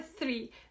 three